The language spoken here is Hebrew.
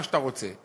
מה שאתה רוצה,